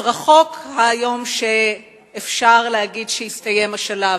אז רחוק היום שאפשר להגיד שהסתיים השלב.